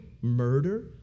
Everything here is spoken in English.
murder